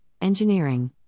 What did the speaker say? engineering